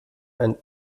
ein